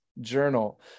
journal